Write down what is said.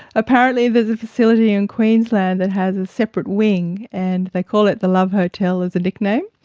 apparently there is a facility in queensland that has a separate wing, and they call it the love hotel as a nickname,